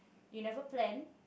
you never plan